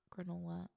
granola